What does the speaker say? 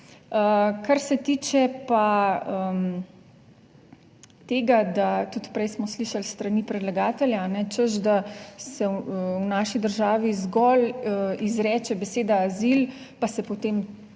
Kar se tiče pa tega, da tudi prej smo slišali s strani predlagatelja, češ da se v naši državi zgolj izreče beseda azil, pa se potem